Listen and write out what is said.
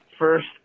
First